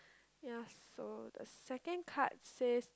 ya so the second card says